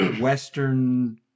Western